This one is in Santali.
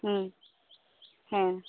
ᱦᱩᱸ ᱦᱩᱸ